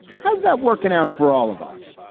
how is that working out for all of us?